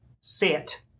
sit